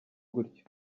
gutyo